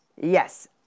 Yes